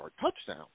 touchdown